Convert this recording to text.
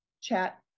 chat